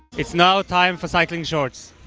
it's now time for cycling shorts.